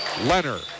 Leonard